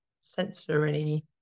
sensory